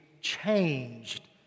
changed